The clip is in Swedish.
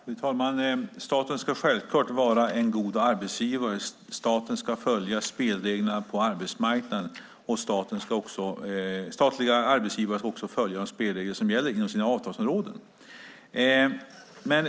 Fru talman! Staten ska självklart vara en god arbetsgivare. Staten ska följa spelreglerna på arbetsmarknaden. Statliga arbetsgivare ska också följa de spelregler som gäller inom sina avtalsområden.